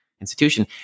institution